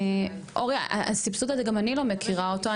אורי את הסבסוד הזה אני גם לא מכירה אותו,